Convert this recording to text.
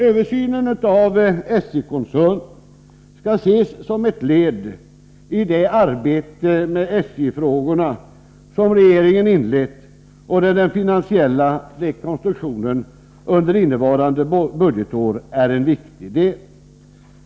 Översynen av SJ-koncernen skall ses som ett led i det arbete med SJ-frågorna som regeringen inlett och där den finansiella rekonstruktionen under innevarande budgetår är en viktig del.